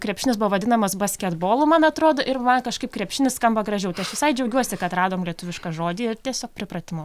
krepšinis buvo vadinamas basketbolu man atrodo ir man kažkaip krepšinis skamba gražiau aš visai džiaugiuosi kad radom lietuvišką žodį tiesiog pripratimo